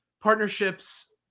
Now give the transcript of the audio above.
partnerships